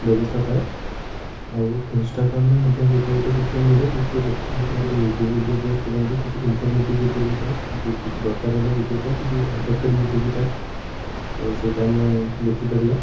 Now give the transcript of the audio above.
ବ୍ୟବସ୍ଥା ଥାଏ ଆଉ ଇନଷ୍ଟାଗ୍ରାମ୍ରେ ମଧ୍ୟ ସେଇଟା ଗୋଟେ ସୋସିଆଲ୍ ମିଡ଼ିଆ ଯେଉଁଥିରେକି ଲୋକମାନେ ତାଙ୍କର ଭିଡ଼ିଓଫିଡ଼ିଓ ପୋଷ୍ଟ କରନ୍ତି କିଛି ଇନଫରମେଟିଭ୍ ଭିଡ଼ିଓ ବି ଥାଏ ଯେଉଁ କିଛି ଦରକାର ବାଲା ଭିଡ଼ିଓ ଥାଏ କିଛି ଅଦରକାରୀ ଭିଡ଼ିଓ ବି ଥାଏ ତ ସେଇଟା ଆମେ ଦେଖିପାରିବା